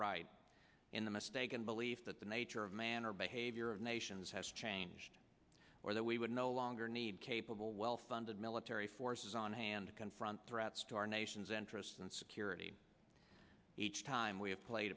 right in the mistaken belief that the nature of man or behavior of nations has changed or that we would no longer need capable well funded military forces on hand to confront threats to our nation's interests and security each time we